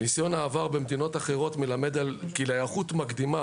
ניסיון העבר במדינות אחרות מלמד כי להיערכות מקדימה